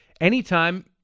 anytime